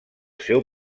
seu